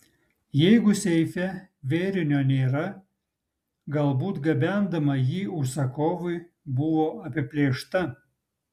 jeigu seife vėrinio nėra galbūt gabendama jį užsakovui buvo apiplėšta